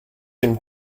him